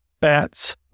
bats